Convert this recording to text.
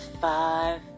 Five